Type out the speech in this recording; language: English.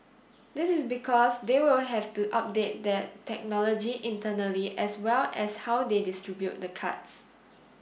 this is because they will have to update their technology internally as well as how they distribute the cards